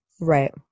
Right